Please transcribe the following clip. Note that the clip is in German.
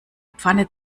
pfanne